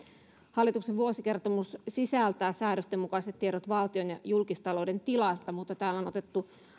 hallituksen vuosikertomus sisältää säädösten mukaiset tiedot valtion ja julkistalouden tilasta mutta täällä on otettu